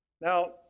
Now